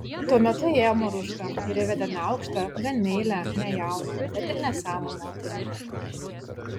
tuo metu įėjo maruška ir įvedė neaukštą gan meilią ne jauną bet ir ne seną moterį